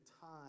time